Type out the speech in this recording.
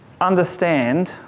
understand